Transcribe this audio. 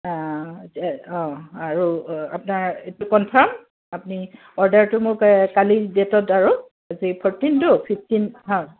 অ' আৰু আপোনাৰ এইটো কণফাৰ্ম আপুনি অৰ্ডাৰটো মোক কালি ডে'টত আৰু আজি ফৰ্টিনতো ফিফটিন অ'